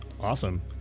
Awesome